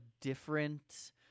different